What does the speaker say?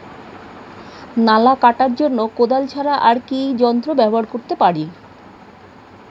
নালা কাটার জন্য কোদাল ছাড়া আর কি যন্ত্র ব্যবহার করতে পারি?